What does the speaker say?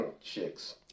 Chicks